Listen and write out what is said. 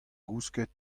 gousket